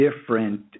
different